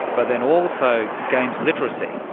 but then also games literacy.